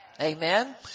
Amen